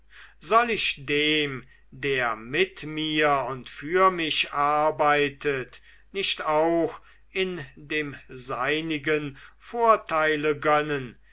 soll ich dem der mit mir und für mich arbeitet nicht auch in dem seinigen vorteile gönnen